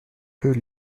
peut